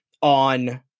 on